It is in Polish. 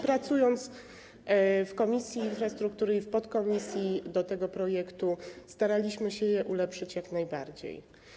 Pracując w Komisji Infrastruktury i w podkomisji ds. tego projektu, staraliśmy się je ulepszyć jak najbardziej.